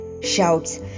shouts